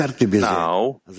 now